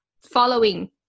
following